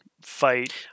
fight